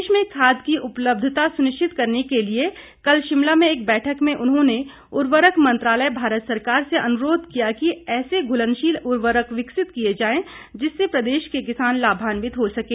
प्रदेश में खाद की उपलब्धता सुनिश्चित करने के लिए कल शिमला में एक बैठक में उन्होंने उर्वरक मंत्रालय भारत सरकार से अनुरोध किया कि ऐसे घुलनशील उवर्रक विकसित किए जायें जिससे प्रदेश के किसान लाभान्वित हो सकें